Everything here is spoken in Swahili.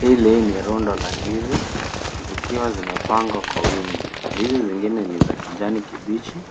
Hili ni runda la ndizi, zikiwa zimepangwa kwa wingi. Ndizi zingine ni za kijani kibichi.